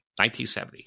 1970